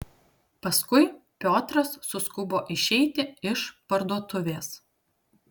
paskui piotras suskubo išeiti iš parduotuvės